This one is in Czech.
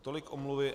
Tolik omluvy.